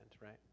right